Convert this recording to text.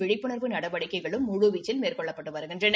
விழிப்புணா்வு நடவடிக்கைகளும் முழுவீச்சில் மேற்கொள்ளப்பட்டு வருகின்றன